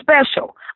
special